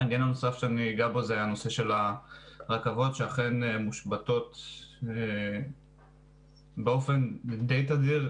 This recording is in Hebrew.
העניין הנוסף שאגע בו הוא נושא הרכבות שאכן מושבתות באופן די תדיר,